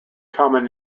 common